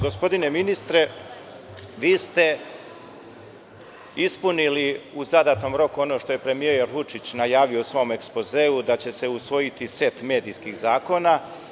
Gospodine ministre, vi ste ispunili u zadatom roku ono što je premijer Vučić najavio u svom ekspozeu, a to je da će se usvojiti set medijskih zakona.